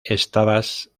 estabas